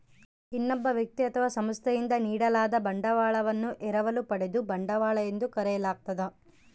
ಇನ್ನೊಬ್ಬ ವ್ಯಕ್ತಿ ಅಥವಾ ಸಂಸ್ಥೆಯಿಂದ ನೀಡಲಾದ ಬಂಡವಾಳವನ್ನು ಎರವಲು ಪಡೆದ ಬಂಡವಾಳ ಎಂದು ಕರೆಯಲಾಗ್ತದ